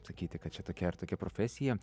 sakyti kad čia tokia ar tokia profesija